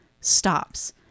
stops